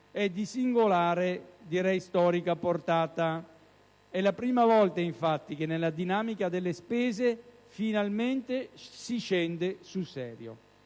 è di singolare, direi storica, portata: è la prima volta, infatti, che nella dinamica delle spese finalmente si scende sul serio.